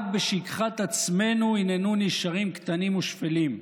רק בשכחת עצמנו היננו נשארים קטנים ושפלים,